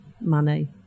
money